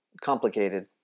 complicated